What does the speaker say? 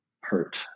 hurt